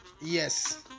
Yes